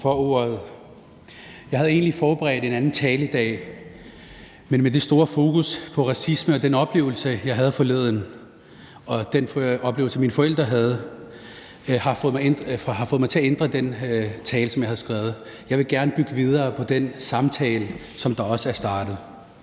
Jeg havde egentlig forberedt en anden tale i dag, men med det store fokus på racisme og den oplevelse, jeg havde forleden, og den oplevelse, mine forældre havde, har fået mig til at ændre den tale, som jeg havde skrevet. Jeg vil gerne bygge videre på den samtale, som også er startet.